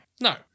No